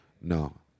No